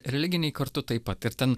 religiniai kartu taip pat ir ten